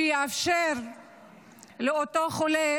שיאפשר לאותו חולה